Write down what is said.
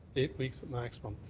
eight weeks at maximum.